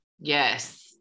Yes